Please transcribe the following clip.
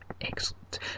excellent